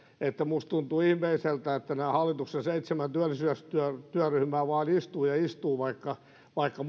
niin minusta tuntuu ihmeelliseltä että nämä hallituksen seitsemän työllisyystyöryhmää vaan istuu ja istuu vaikka vaikka